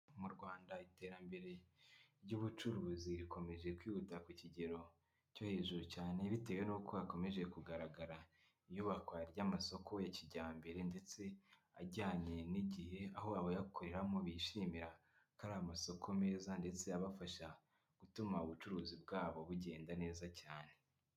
Mu Rwanda iterambere ry'ubucuruzi rikomeje kwihuta ku kigero cyo hejuru cyane bitewe n'uko hakomeje kugaragara iyubakwa ry'amasoko ya kijyambere ndetse ajyanye n'igihe, aho abayakoreramo bishimira ko ari amasoko meza ndetse abafasha gutuma ubucuruzi bwabo bugenda neza cyane.